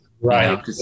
right